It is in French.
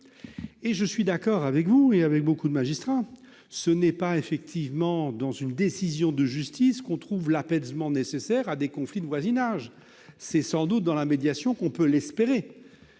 Je suis d'accord avec vous, et avec beaucoup de magistrats : certes, ce n'est pas dans une décision de justice qu'on trouve l'apaisement nécessaire à des conflits de voisinage ; c'est sans doute par la médiation que l'on peut espérer